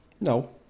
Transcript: No